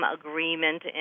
agreement